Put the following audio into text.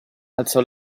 alzò